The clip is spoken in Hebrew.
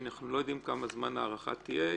אנחנו לא יודעים כמה זמן ההארכה תהיה.